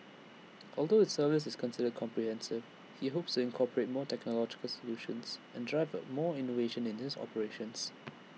although his service is considered comprehensive he hopes incorporate more technological solutions and drive more innovation in his operations